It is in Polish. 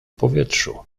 powietrzu